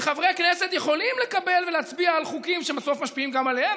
וחברי הכנסת יכולים לקבל ולהצביע על חוקים שבסוף משפיעים גם עליהם,